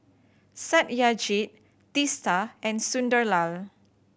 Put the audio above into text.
Satyajit Teesta and Sunderlal